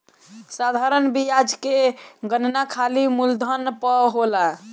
साधारण बियाज कअ गणना खाली मूलधन पअ होला